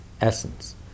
essence